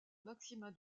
maximin